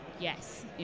yes